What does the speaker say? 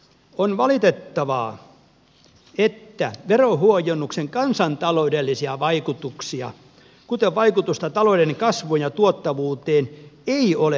on valitettavaa että verohuojennuksen kansantaloudellisia vaikutuksia kuten vaikutusta talouden kasvuun ja tuottavuuteen ei ole arvioitu